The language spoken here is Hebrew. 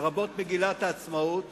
לרבות מגילת העצמאות,